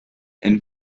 and